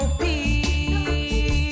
peace